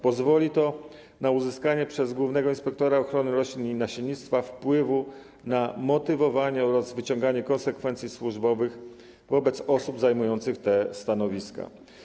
Pozwoli to na uzyskanie przez głównego inspektora ochrony roślin i nasiennictwa wpływu na motywowanie oraz wyciąganie konsekwencji służbowych wobec osób zajmujących te stanowiska.